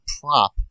prop